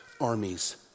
armies